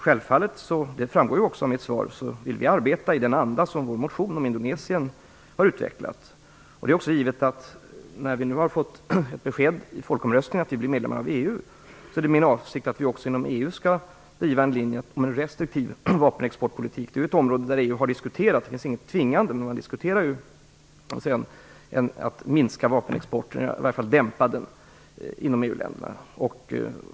Som det framgår av mitt svar vill vi självfallet arbeta i den anda som vår motion om Indonesien är utvecklad i. När vi nu har fått besked i folkomröstningen att vi blir medlemmar i EU, är det min avsikt att vi också inom EU skall driva en linje med en restriktiv vapenexportpolitik. Det är ett område där EU har diskuterat - det finns inget tvingande - att minska vapenexporten, eller i varje fall dämpa den, inom EU länderna.